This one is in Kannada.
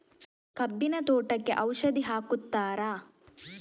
ಕಬ್ಬಿನ ತೋಟಕ್ಕೆ ಔಷಧಿ ಹಾಕುತ್ತಾರಾ?